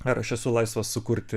ar aš esu laisvas sukurti